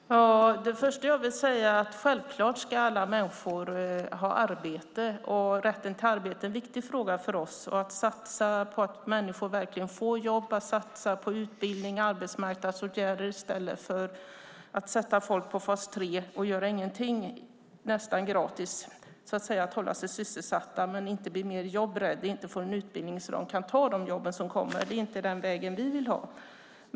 Fru talman! Det första jag vill säga är: Självklart ska alla människor ha arbete. Rätten till arbete är en viktig fråga för oss. Det handlar om att satsa så att människor verkligen får jobb, att satsa på utbildning och arbetsmarknadsåtgärder i stället för att sätta folk i fas 3 för att göra ingenting nästan gratis. De håller sig sysselsatta, men det blir inte mer jobb. De får inte en utbildning så att de kan ta de jobb som kommer. Det är inte den vägen vi vill ha.